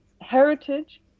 heritage